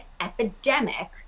epidemic